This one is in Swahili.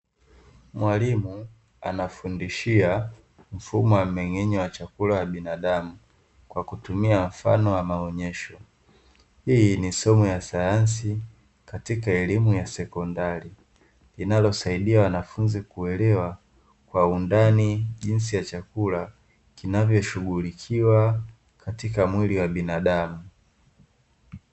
Mwalimu anafundishia mfumo wa mng'enyo wa chakula wa binadamu kwa kutumia mfumo wa maonyesho, hii ni somo la sayansi katika elimu ya sekondari linalosaidia wanafunzi kuelewa kwa undani jinsi ya chakula kinavyoshughulikiwa katika mwili wa binadamu.